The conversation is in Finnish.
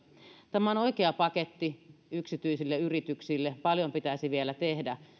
tämä on oikea paketti yksityisille yrityksille paljon pitäisi vielä tehdä